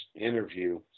interview